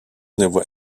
never